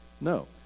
no